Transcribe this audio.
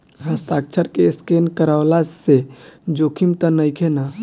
हस्ताक्षर के स्केन करवला से जोखिम त नइखे न?